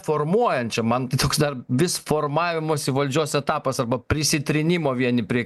formuojančią man tai toks dar vis formavimosi valdžios etapas arba prisitrynimo vieni prie